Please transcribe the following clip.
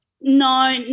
no